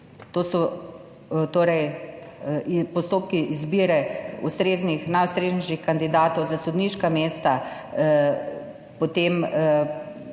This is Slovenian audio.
torej postopki izbire najustreznejših kandidatov za sodniška mesta, potem